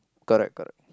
correct correct